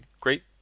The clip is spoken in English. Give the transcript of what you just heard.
great